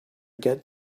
get